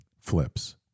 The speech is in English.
flips